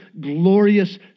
glorious